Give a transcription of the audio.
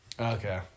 Okay